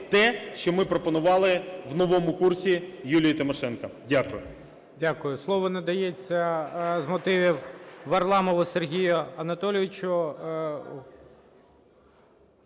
те, що ми пропонували у новому курсі Юлії Тимошенко. Дякую.